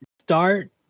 start